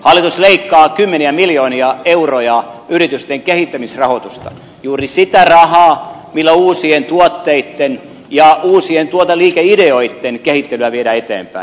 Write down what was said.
hallitus leikkaa kymmeniä miljoonia euroja yritysten kehittämisrahoitusta juuri sitä rahaa millä uusien tuotteitten ja uusien tuoteliikeideoitten kehittelyä viedään eteenpäin